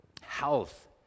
health